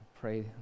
pray